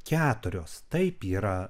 keturios taip yra